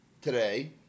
today